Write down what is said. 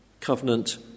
covenant